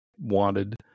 wanted